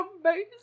amazing